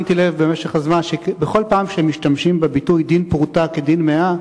שמתי לב במשך הזמן שבכל פעם שמשתמשים בביטוי "דין פרוטה כדין מאה",